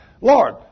Lord